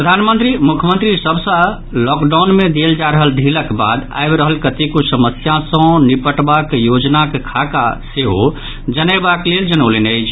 प्रधानमंत्री मुख्यमंत्री सभसॅ लॉकडाउन मे देल जा रहल ढ़ीलक बाद आबि रहल कतेको समस्या सॅ निपटबाक योजनाक खाका सेहो जनयबाक लेल जनौलनि अछि